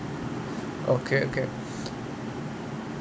okay okay